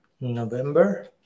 November